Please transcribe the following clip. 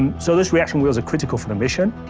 and so those reaction wheels are critical for the mission.